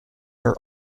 are